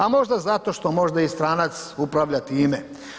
A možda zato što možda i stranac upravlja time.